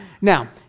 Now